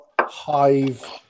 Hive